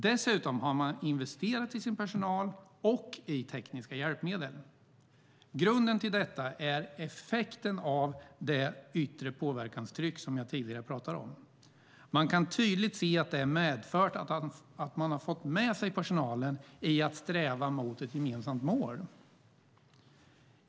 Dessutom har man investerat i sin personal och i tekniska hjälpmedel. Grunden till detta är effekten av det yttre påverkanstryck som jag tidigare pratade om. Man kan tydligt se att det har medfört att man fått med sig personalen i att sträva mot ett gemensamt mål.